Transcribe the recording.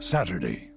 Saturday